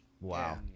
Wow